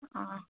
ꯑꯥ